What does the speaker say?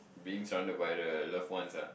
being surrounded by the loved ones ah